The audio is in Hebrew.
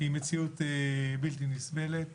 היא מציאות בלתי נסבלת